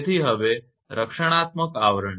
તેથી હવે રક્ષણાત્મક આવરણ